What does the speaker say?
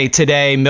today